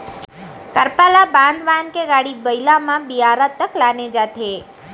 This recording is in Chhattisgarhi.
करपा ल बांध बांध के गाड़ी बइला म बियारा तक लाने जाथे